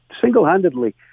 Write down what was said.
single-handedly